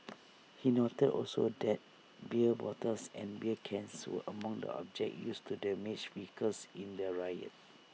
he noted also that beer bottles and beer cans were among the objects used to damage vehicles in the riot